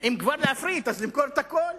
אם כבר להפריט, למכור את הכול.